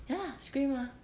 ya lah scream mah